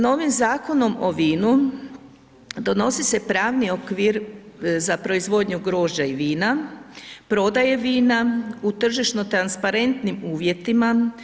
Novim Zakonom o vinu donosi se pravni okvir za proizvodnju grožđa i vina, prodaje vina u tržišno transparentnim uvjetima.